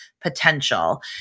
potential